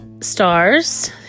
stars